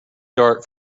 dart